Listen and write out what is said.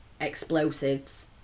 explosives